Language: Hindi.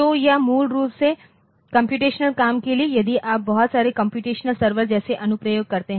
तो यह मूल रूप से कम्प्यूटेशनल काम के लिए है यदि आप बहुत सारे कम्प्यूटेशनल सर्वर जैसे अनुप्रयोग करते हैं